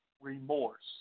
remorse